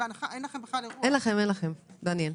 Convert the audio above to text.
דניאל,